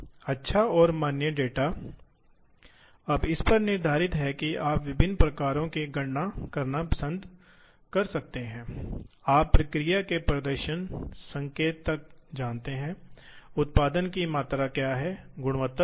तो यह इस दिशा में X जैसा है Y इस दिशा में एक दाहिने हाथ का समन्वय प्रणाली है इसलिए Z ऊर्ध्वाधर दिशा होगी और इसलिए आपके पास भी हो सकता है आप इसी तरह घूर्णी दिशा को भी परिभाषित कर सकते हैं इसलिए यदि आप फिर से एक लेते हैं दाहिने हाथ की प्रणाली